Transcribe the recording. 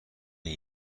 این